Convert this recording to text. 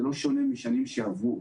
וזה לא שונה משנים שעברו,